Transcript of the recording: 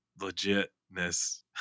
legitness